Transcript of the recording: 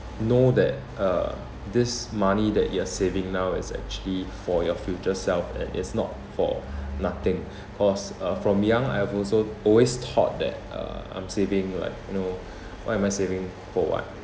know that uh this money that you are saving now is actually for your future self and it's not for nothing cause uh from young I have also always thought that uh I'm saving like you know why am I saving for what